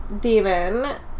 demon